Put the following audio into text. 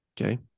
Okay